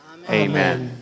Amen